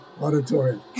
auditorium